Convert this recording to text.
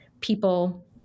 people